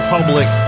Public